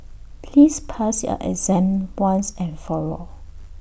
please pass your exam once and for all